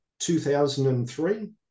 2003